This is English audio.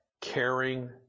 caring